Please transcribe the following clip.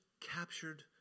captured